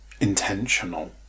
intentional